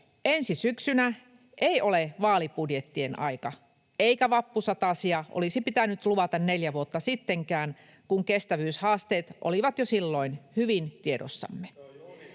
Ensi syksynä ei ole vaalibudjettien aika, eikä vappusatasia olisi pitänyt luvata neljä vuotta sittenkään, kun kestävyyshaasteet olivat jo silloin hyvin tiedossamme.